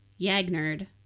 Yagnerd